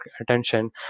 attention